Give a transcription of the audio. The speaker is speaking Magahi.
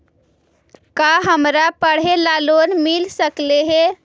का हमरा पढ़े ल लोन मिल सकले हे?